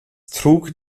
trug